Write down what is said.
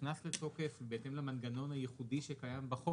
נכנס לתוקף ובהתאם למנגנון הייחודי שקיים בחוק